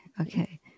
Okay